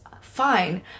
fine